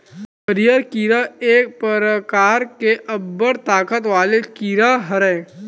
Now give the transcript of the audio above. हरियर कीरा एक परकार के अब्बड़ ताकत वाले कीरा हरय